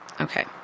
Okay